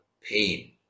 pain